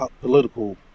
political